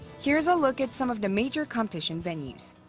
here's a look at some of the major competition venues